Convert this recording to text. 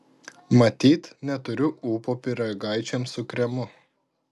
matyt neturiu ūpo pyragaičiams su kremu